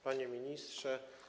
Panie Ministrze!